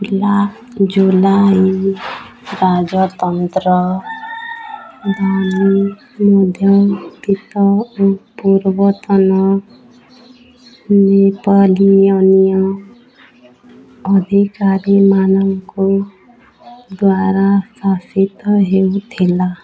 ଲା ଜୁଲାଇ ରାଜତନ୍ତ୍ର ଧନୀ ମଧ୍ୟବିତ୍ତ ଓ ପୂର୍ବତନ ନେପୋଲିୟନୀୟ ଅଧିକାରୀମାନଙ୍କ ଦ୍ୱାରା ଶାସିତ ହେଉଥିଲା